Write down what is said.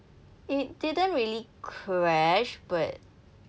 it didn't really crash but